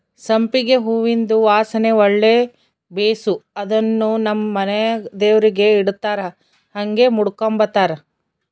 ಸಂಪಿಗೆ ಹೂವಿಂದು ವಾಸನೆ ಒಳ್ಳೆ ಬೇಸು ಅದುನ್ನು ನಮ್ ಮನೆಗ ದೇವರಿಗೆ ಇಡತ್ತಾರ ಹಂಗೆ ಮುಡುಕಂಬತಾರ